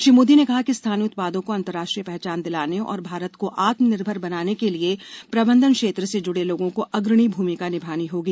श्री मोदी ने कहा कि स्थानीय उत्पादों को अंतर्राष्ट्रीय पहचान दिलाने और भारत को आत्मनिर्भर बनाने के लिए प्रबंधन क्षेत्र से जुडे लोगों को अग्रणी भूमिका निभानी होगी